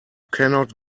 cannot